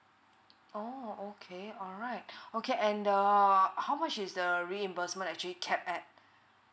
oh okay alright okay and err how much is the reimbursement actually cap at